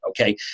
okay